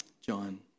John